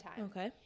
Okay